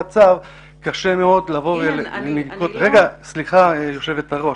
הצו קשה מאוד לבוא ו- -- אילן --- סליחה כבוד היושבת-ראש.